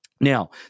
Now